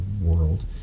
world